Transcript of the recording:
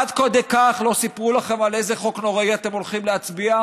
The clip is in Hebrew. עד כדי כך לא סיפרו לכם על איזה חוק נוראי אתם הולכים להצביע?